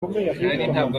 ntabwo